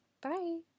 Bye